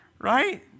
right